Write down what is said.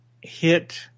hit